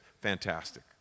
fantastic